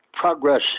progress